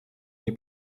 nie